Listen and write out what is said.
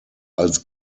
als